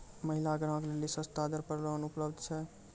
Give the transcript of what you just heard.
महिला ग्राहक लेली सस्ता दर पर लोन उपलब्ध छै?